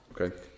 okay